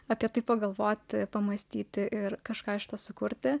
apie tai pagalvoti pamąstyti ir kažką sukurti